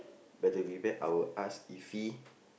but to prepare I will ask iffy